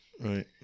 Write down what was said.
Right